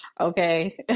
Okay